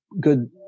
good